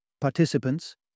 Participants